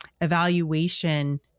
evaluation